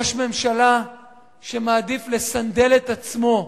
ראש ממשלה שמעדיף לסנדל את עצמו.